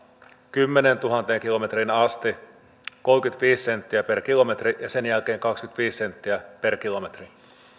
kymmeneentuhanteen kilometriin asti kolmekymmentäviisi senttiä per kilometri ja sen jälkeen kaksikymmentäviisi senttiä per kilometri